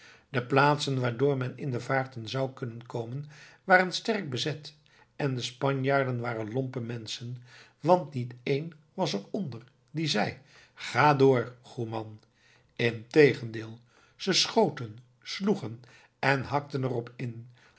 de plaatsen waardoor men in de vaarten zou kunnen komen waren sterk bezet en de spanjaarden waren lompe menschen want niet één was er onder die zei ga door goêman integendeel ze schoten sloegen en hakten er op in